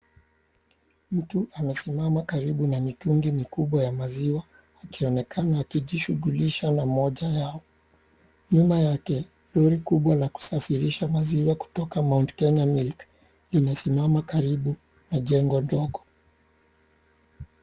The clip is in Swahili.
Mtu amesimama karibu na mitungi mikubwa ya maziwa akionekana akijishughulisha na moja yao, nyuma yake lori kubwa la kusafirisha maziwa kutoka Mount Kenya Milk limesimama karibu na jengo dogo.